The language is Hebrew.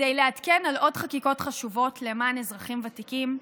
כדי לעדכן על עוד חקיקות חשובות למען אזרחים ותיקים,